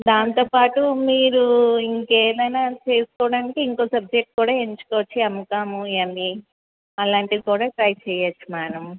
దానితో పాటు మీరు ఇంకేమైనా చేసుకోవడానికి ఇంకొక్క సబ్జెక్ట్ కూడా ఎంచుకోవచ్చు ఎమ్కామ్ ఎమ్ఏ అలాంటివి కూడా ట్రై చెయ్యచ్చు మ్యాడం